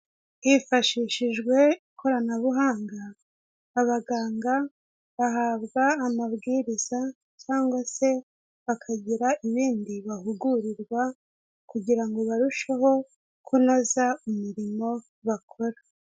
Hifashishijwe ikoranabuhanga, abaganga bahabwa amabwiriza cyangwa se bakagira ibindi bahugurirwa kugira ngo barusheho kunoza umurimo bakora.